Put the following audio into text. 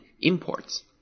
imports